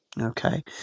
Okay